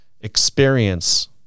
experience